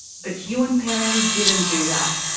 but ewan perrin didn't do that.